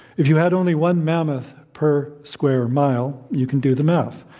if you had only one mammoth per square mile, you can do the math.